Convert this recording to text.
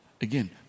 Again